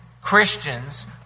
Christians